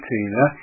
Tina